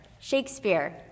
Shakespeare